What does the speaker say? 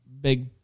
Big